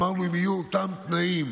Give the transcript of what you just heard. אמרנו שאם יהיו אותם תנאים,